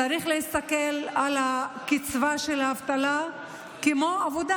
צריך להסתכל על הקצבה של האבטלה כמו עבודה,